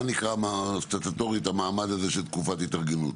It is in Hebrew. אומר סטטוטורית המעמד הזה של תקופת התארגנות?